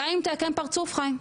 גם אם תעקם פרצוף, חיים,